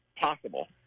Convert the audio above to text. possible